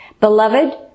Beloved